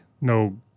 no